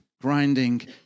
grinding